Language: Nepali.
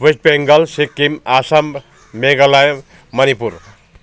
वेस्ट बङ्गाल सिक्किम आसाम मेघालय मणिपुर